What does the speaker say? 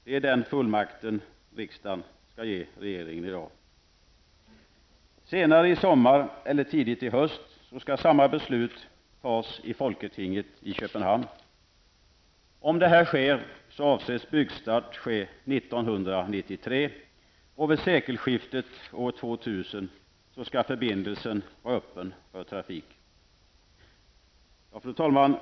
Det är den fullmakten som riksdagen skall ge regeringen i dag. Senare i sommar eller tidigt i höst skall samma beslut fattas i Folketinget i Köpenhamn. Om detta sker avses byggstart ske Fru talman!